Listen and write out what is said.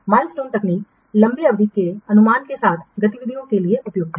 milestone तकनीक लंबी अवधि के अनुमान के साथ गतिविधियों के लिए उपयुक्त है